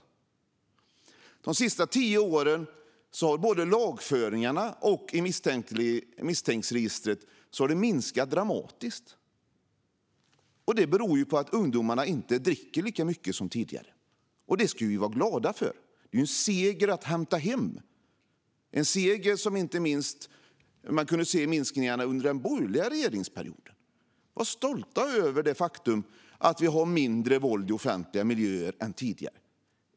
Under de senaste tio åren har både lagföringarna och antalet ungdomar i misstänktregistret dramatiskt minskat. Det beror på att ungdomar inte dricker lika mycket som tidigare. Det ska vi vara glada över, för det är en seger att hämta hem. Denna minskning kunde man redan se under den borgerliga regeringsperioden. Var stolta över det faktum att det förekommer mindre våld i offentliga miljöer än tidigare!